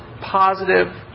positive